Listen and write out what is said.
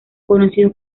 conocidos